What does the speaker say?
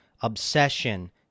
obsession